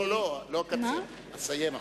לא, לא, לא אקצר: ואסיים עכשיו,